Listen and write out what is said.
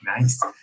nice